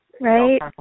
right